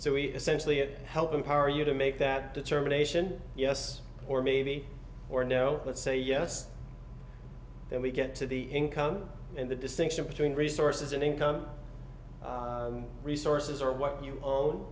so we essentially it help empower you to make that determination yes or maybe or no let's say yes then we get to the income and the distinction between resources and income resources or what you